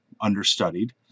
understudied